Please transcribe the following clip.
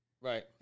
Right